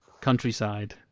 countryside